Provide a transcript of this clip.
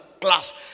class